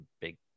big